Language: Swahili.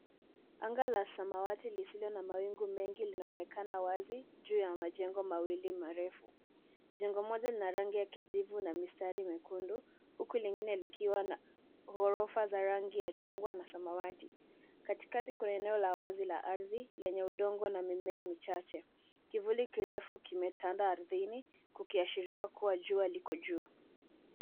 Anga la samawati lisilo na mawingu mengi linaonekana wazi juu ya majengo mawili marefu. Jengo moja lina rangi ya kijivu na mistari miekundu uku lingine likiwa na orofa za rangi ya chungwa na samawati. Katikati kuna eneo la wazi la ardhi lenye udongo na mimea michache. Kivuli kirefu kimetanda ardhini kukiashiria kuwa jua liko juu.